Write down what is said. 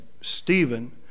Stephen